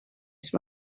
right